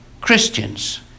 Christians